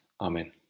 amen